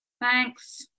Thanks